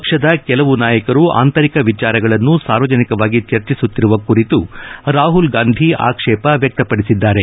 ಪಕ್ಷದ ಕೆಲವು ನಾಯಕರು ಆಂತರಿಕ ವಿಚಾರಗಳನ್ನು ಸಾರ್ವಜನಿಕವಾಗಿ ಚರ್ಚಿಸುತ್ತಿರುವ ಕುರಿತು ರಾಹುಲ್ ಗಾಂಧಿ ಆಕ್ಷೇಪ ವ್ಯಕ್ತಪಡಿಸಿದ್ದಾರೆ